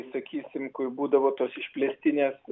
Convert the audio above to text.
sakysim kur būdavo tos išplėstinės